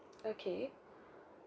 okay